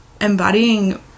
embodying